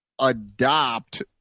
adopt